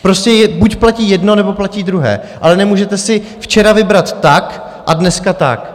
Prostě buď platí jedno, nebo platí druhé, ale nemůžete si včera vybrat tak a dneska tak.